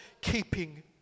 keeping